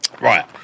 Right